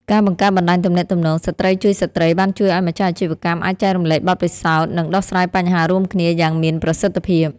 ការបង្កើតបណ្តាញទំនាក់ទំនង "ស្ត្រីជួយស្ត្រី" បានជួយឱ្យម្ចាស់អាជីវកម្មអាចចែករំលែកបទពិសោធន៍ និងដោះស្រាយបញ្ហារួមគ្នាយ៉ាងមានប្រសិទ្ធភាព។